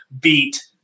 beat